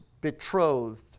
betrothed